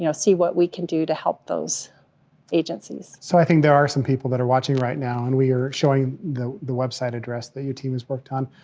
you know see what we can do to help those agencies. so i think there are some people that are watching right now, and we are showing the the website address that your team has worked on.